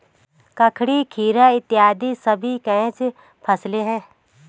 ककड़ी, खीरा इत्यादि सभी कैच फसलें हैं